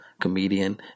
comedian